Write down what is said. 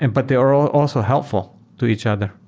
and but they're also helpful to each other.